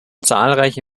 zahlreiche